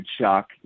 shock